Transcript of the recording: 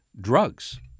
drugs